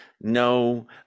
no